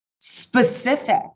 specific